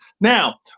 Now